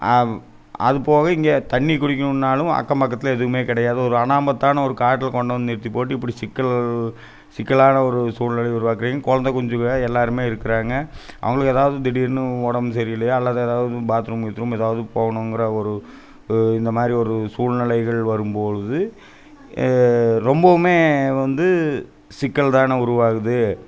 அதுபோக இங்கே தண்ணி குடிக்கணுனாலும் அக்கம்பக்கத்தில் எதுவுமே கிடையாது ஒரு அனாமத்தான ஒரு காட்டில் கொண்டு வந்து நிறுத்திப் போட்டு இப்படி சிக்கல் சிக்கலான ஒரு சூழ்நிலைய உருவாக்கறீங்க குழந்த குஞ்சுக எல்லோருமே இருக்கிறாங்க அவங்களுக்கு எதாவுது திடீர்னு உடம் சரியில்லையோ அல்லது எதாவது பாத்ரூம் கீத்ரூம் எதாவது போகணுங்கிற ஒரு இந்த மாதிரி ஒரு சூழ்நிலைகள் வரும்பொழுது ரொம்பவுமே வந்து சிக்கல் தானே உருவாகுது